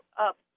up